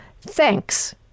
Thanks